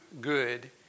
good